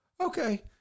okay